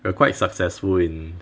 we were quite successful in